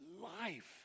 life